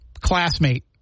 classmate